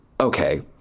Okay